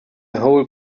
whole